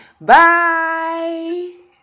Bye